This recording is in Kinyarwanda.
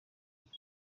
muri